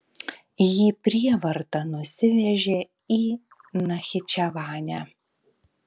jį prievarta nusivežė į nachičevanę